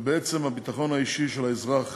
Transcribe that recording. ובעצם הביטחון האישי של האזרח